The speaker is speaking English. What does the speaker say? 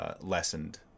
lessened